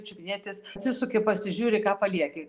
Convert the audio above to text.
čiupinėtis atsisuki pasižiūri ką palieki